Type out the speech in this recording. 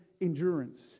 endurance